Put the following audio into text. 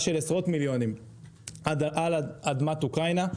של עשרות מיליונים על אדמת אוקראינה.